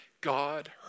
God